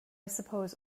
suppose